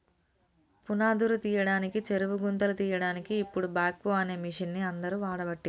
పునాదురు తీయడానికి చెరువు గుంతలు తీయడాన్కి ఇపుడు బాక్వో అనే మిషిన్ని అందరు వాడబట్టిరి